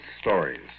stories